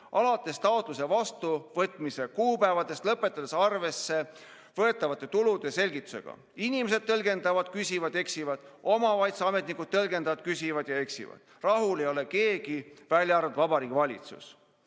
alates taotluse vastuvõtmise kuupäevadest ja lõpetades arvesse võetavate tulude selgitusega. Inimesed tõlgendavad, küsivad ja eksivad, omavalitsuse ametnikud tõlgendavad, küsivad ja eksivad. Rahul ei ole keegi, välja arvatud Vabariigi Valitsus. Eesti